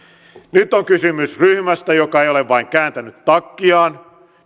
nyt on kysymys ryhmästä joka ei ole vain kääntänyt takkiaan